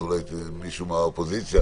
אז אולי מישהו מהאופוזיציה,